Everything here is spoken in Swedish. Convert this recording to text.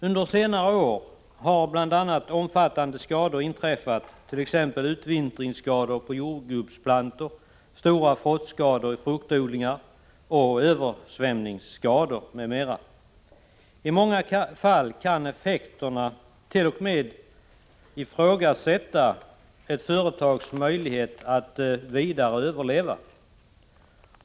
Under senare år har omfattande skador inträffat, t.ex. utvintringsskador på jordgubbsplantor, stora frostskador i fruktodlingar och översvämningsskador. I många fall kan effekterna t.o.m. utgöra ett hot mot ett företags möjligheter att överleva.